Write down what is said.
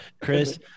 Chris